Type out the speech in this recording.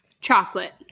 Chocolate